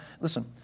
Listen